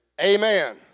Amen